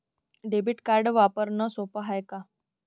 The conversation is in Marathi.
डेबिट कार्ड वापरणं सोप हाय का?